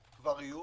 יהיו.